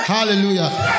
Hallelujah